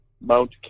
Mount